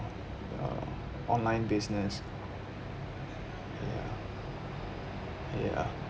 uh online business ya ya